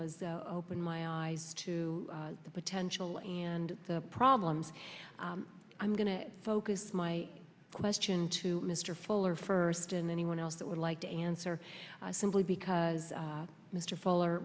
has opened my eyes to the potential and the problems i'm going to focus my question to mr fuller first and anyone else that would like to answer simply because mr fuller